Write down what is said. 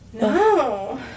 No